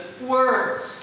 words